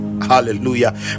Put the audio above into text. hallelujah